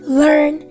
learn